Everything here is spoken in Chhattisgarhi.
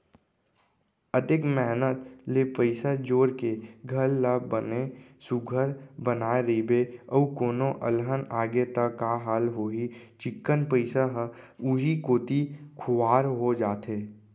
अतेक मेहनत ले पइसा जोर के घर ल बने सुग्घर बनाए रइबे अउ कोनो अलहन आगे त का हाल होही चिक्कन पइसा ह उहीं कोती खुवार हो जाथे